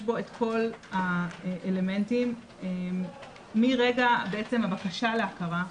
בו את כל האלמנטים מרגע הבקשה להכרה,